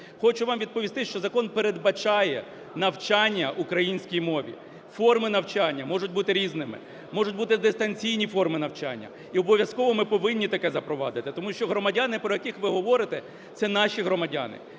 Хочу вам відповісти, що закон передбачає навчання українській мові. Форми навчання можуть бути різними. Можуть бути дистанційні форми навчання. І обов'язково ми повинні таке запровадити. Тому що громадяни, про яких ви говорите, це наші громадяни.